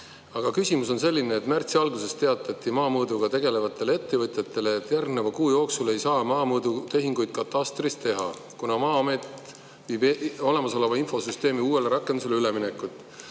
Aga küsimus on selline. Märtsi alguses teatati maamõõduga tegelevatele ettevõtjatele, et järgneva kuu jooksul ei saa maamõõdutehinguid katastris teha, kuna Maa-amet läheb üle olemasoleva infosüsteemi uuele rakendusele.